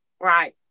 Right